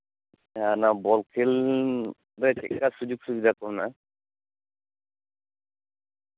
ᱚᱱᱟ ᱵᱚᱞ ᱠᱷᱮᱞᱨᱮ ᱪᱮᱫ ᱞᱮᱠᱟ ᱥᱩᱡᱳᱜ ᱥᱩᱵᱤᱫᱷᱟ ᱠᱚ ᱢᱮᱱᱟᱜᱼᱟ